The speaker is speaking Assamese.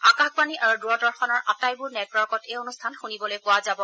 আকাশবাণী আৰু দূৰদৰ্শনৰ আটাইবোৰ নেটৱৰ্কত এই অনুষ্ঠান শুনিবলৈ পোৱা যাব